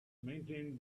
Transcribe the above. maintained